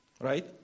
right